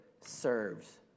serves